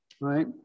right